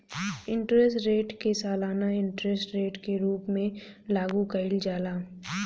interest rate के सालाना interest rate के रूप में लागू कईल जाला